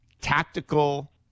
tactical